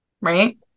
Right